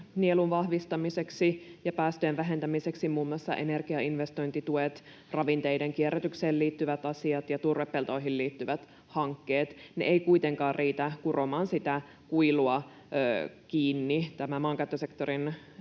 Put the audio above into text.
nielun vahvistamiseksi ja päästöjen vähentämiseksi, muun muassa energian investointituet, ravinteiden kierrätykseen liittyvät asiat ja turvepeltoihin liittyvät hankkeet. Ne eivät kuitenkaan riitä kuromaan sitä kuilua kiinni. Tämä maankäyttösektorin